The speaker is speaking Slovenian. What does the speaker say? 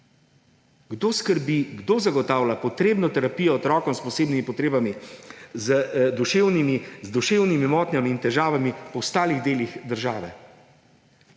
Kdo skrbi, kdo zagotavlja potrebno terapijo otrokom s posebnimi potrebami, z duševnimi motnjami in težavami po ostalih delih države?